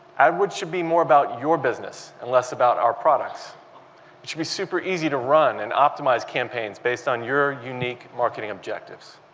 adwords should be more about your business and less about our products. it should be super easy to run and optimiz e campaigns based on your unique marketing objectives.